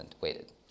waited